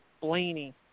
Blaney